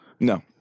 No